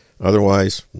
Otherwise